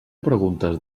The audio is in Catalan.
preguntes